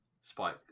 Spike